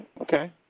Okay